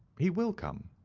he will come.